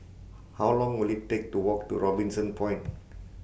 How Long Will IT Take to Walk to Robinson Point